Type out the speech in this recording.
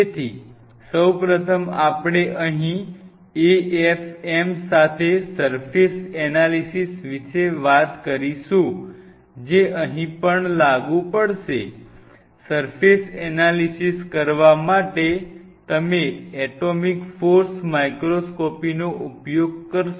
તેથી સૌ પ્રથમ આપણે અહીં AFM સાથે સર્ફેસ એનાલિસીસ વિશે વાત કરશું જે અહીં પણ લાગુ પડશે સર્ફેસ એનાલિસીસ કરવા માટે તમે એટોમિક ફોર્સ માઇક્રોસ્કોપીનો ઉપયોગ કરીશો